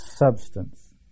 Substance